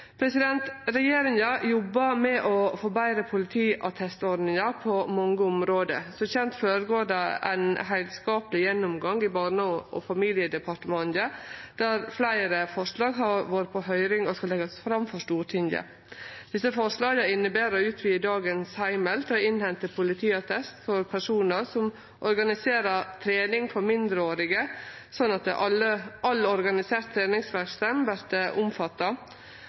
Regjeringa jobbar med å få betre politiattestordningar på mange område. Som kjent føregår det ein heilskapleg gjennomgang i Barne- og familiedepartementet, der fleire forslag har vore på høyring og skal leggjast fram for Stortinget. Desse forslaga inneber å utvide dagens heimel til å innhente politiattest for personar som organiserer trening for mindreårige, sånn at all organisert treningsverksemd vert omfatta.